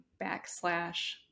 backslash